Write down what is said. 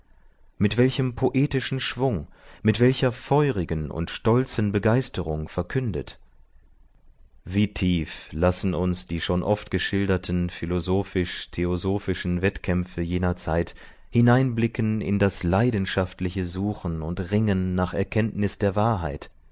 mit welchem poetischem schwung mit welcher feurigen und stolzen begeisterung verkündet wie tief lassen uns die schon oft geschilderten philosophisch theosophischen wettkämpfe jener zeit hineinblicken in das leidenschaftliche suchen und ringen nach erkenntnis der wahrheit